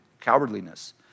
cowardliness